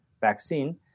vaccine